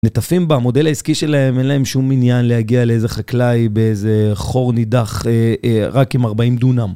נטפים בה, מודל העסקי שלהם אין להם שום עניין להגיע לאיזה חקלאי באיזה חור נידח רק עם 40 דונם.